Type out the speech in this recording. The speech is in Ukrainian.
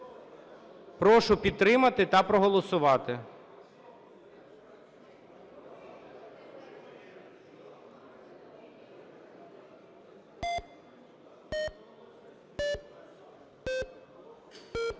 Прошу підтримати та проголосувати.